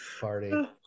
party